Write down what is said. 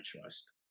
trust